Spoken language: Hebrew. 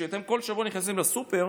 כשאתם כל שבוע נכנסים לסופר,